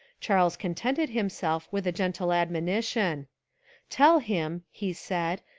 charles contented himself with a gentle ad monition tell him, he said,